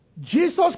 Jesus